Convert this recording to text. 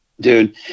Dude